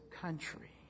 country